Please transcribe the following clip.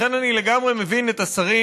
לכן אני לגמרי מבין את השרים,